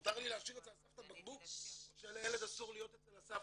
מותר לי להשאיר אצל הסבתא בקבוק או שלילד אסור להיות אצל הסבתא?